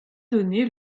donné